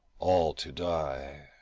all to die.